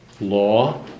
law